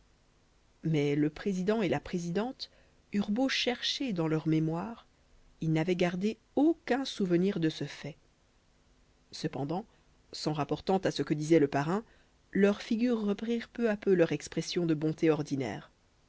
mais le président et la présidente eurent beau chercher dans leur mémoire ils n'avaient gardé aucun souvenir de ce fait cependant s'en rapportant à ce que disait le parrain leurs figures reprirent peu à peu leur expression de bonté ordinaire